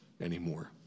anymore